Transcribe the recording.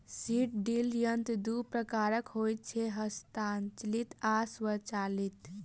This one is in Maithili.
सीड ड्रील यंत्र दू प्रकारक होइत छै, हस्तचालित आ स्वचालित